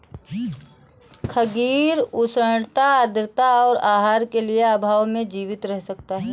खमीर उष्णता आद्रता और आहार के अभाव में जीवित रह सकता है